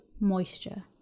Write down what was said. moisture